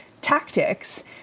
tactics